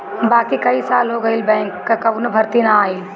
बाकी कई साल हो गईल बैंक कअ कवनो भर्ती ना आईल